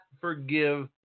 forgive